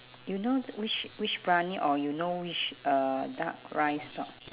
you know which which briyani or you know which uh duck rice stall